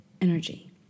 energy